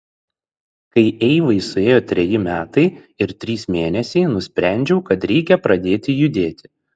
kai eivai suėjo treji metai ir trys mėnesiai nusprendžiau kad reikia pradėti judėti